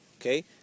okay